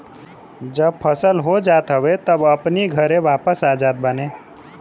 जब फसल हो जात हवे तब अपनी घरे वापस आ जात बाने